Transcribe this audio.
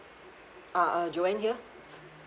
uh err joanne here